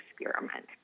experiment